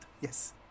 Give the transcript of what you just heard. Yes